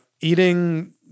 eating